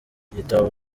igitabo